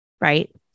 right